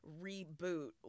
reboot